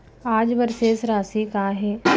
आज बर शेष राशि का हे?